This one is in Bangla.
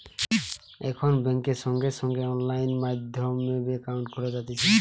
এখন বেংকে সঙ্গে সঙ্গে অনলাইন মাধ্যমে একাউন্ট খোলা যাতিছে